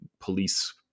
police